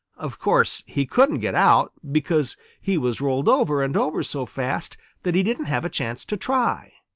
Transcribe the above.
of course, he couldn't get out, because he was rolled over and over so fast that he didn't have a chance to try.